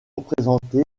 représenté